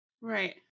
Right